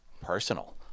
personal